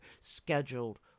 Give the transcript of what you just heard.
scheduled